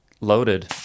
loaded